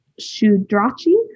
Shudrachi